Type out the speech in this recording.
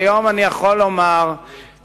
כיום אני יכול לומר שבקיץ,